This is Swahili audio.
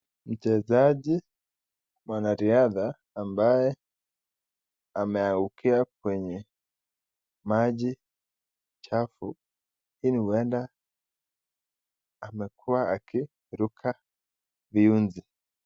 Mchezaji mwanariadha ambaye ameangukia kwenye maji chafu, hii ni huenda amekua akiruka viunzi.